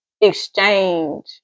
exchange